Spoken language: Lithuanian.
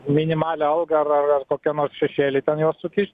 minimalią algą o ar ar į kokį nors šešėlį ten juos sukišt